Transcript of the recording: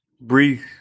breathe